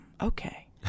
Okay